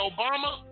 Obama